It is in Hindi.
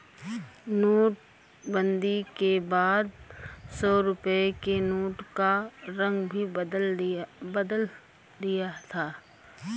नोटबंदी के बाद सौ रुपए के नोट का रंग भी बदल दिया था